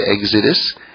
Exodus